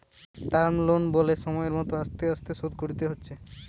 term loan বলে সময় মত আস্তে আস্তে শোধ করতে হচ্ছে